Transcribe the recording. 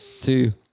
two